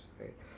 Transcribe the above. right